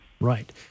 Right